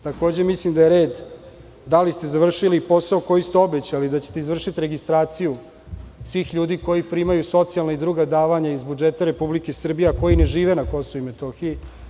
Takođe mislim da je red - da li ste završili posao koji ste obećali da ćete izvršiti registraciju svih ljudi koji primaju socijalna i druga davanja iz budžeta Republike Srbije, a koji ne žive na Kosovu i Metohiji?